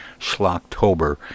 Schlocktober